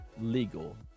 legal